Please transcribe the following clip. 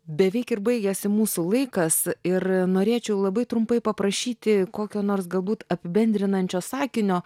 beveik ir baigėsi mūsų laikas ir norėčiau labai trumpai paprašyti kokio nors galbūt apibendrinančio sakinio